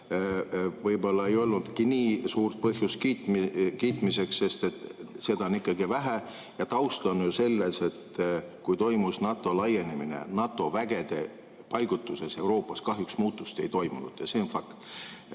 võib-olla ei olnudki nii suurt põhjust kiitmiseks, sest seda on ikkagi vähe. Taust on ju see, et kui toimus NATO laienemine, siis NATO vägede paigutuses Euroopas kahjuks muutust ei toimunud. See on fakt.